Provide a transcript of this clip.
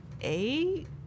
eight